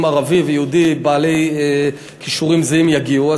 אם ערבי ויהודי בעלי כישורים זהים יגיעו,